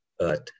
Earth